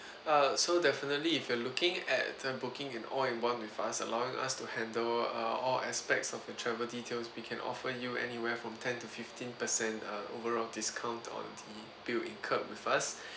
uh so definitely if you are looking at the booking in all in one with us allowing us to handle err all aspects of your travel details we can offer you anywhere from ten to fifteen percent err overall discount on the bill incurred with us